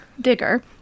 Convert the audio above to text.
Digger